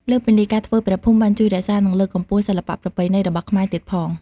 លើសពីនេះ ការធ្វើព្រះភូមិបានជួយរក្សានិងលើកកម្ពស់សិល្បៈប្រពៃណីរបស់ខ្មែរទៀតផង។